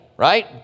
Right